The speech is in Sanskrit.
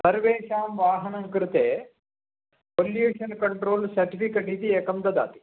सर्वेषां वाहनं कृते पोल्युशन् कण्ट्रोल् सेर्टिफ़िकेट् इति एकं ददाति